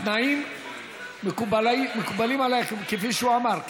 התנאים מקובלים עלייך כפי שהוא אמר,